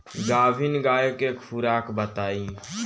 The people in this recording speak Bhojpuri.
गाभिन गाय के खुराक बताई?